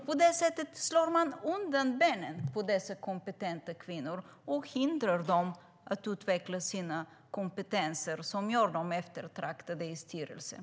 På det sättet slår man undan benen på dessa kompetenta kvinnor och hindrar dem att utveckla sina kompetenser, som gör dem eftertraktade i styrelser.